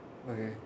okay